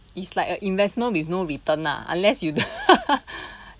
it's like a investment with no return lah unless you